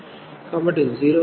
కాబట్టి 0 కి x2 xసమానం